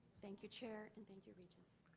thank you, chair, and thank you, regents.